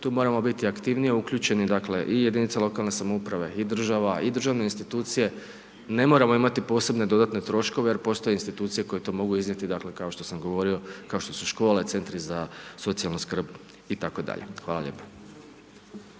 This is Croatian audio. Tu moramo biti aktivnije uključeni, dakle i jedinice lokalne samouprave i država i državne institucije. Ne moramo imati posebne dodatne troškove jer postoje institucije koje to mogu iznijeti, dakle kao što sam govorio, kao što su škole, centri za socijalnu skrb itd.. Hvala lijepa.